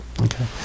okay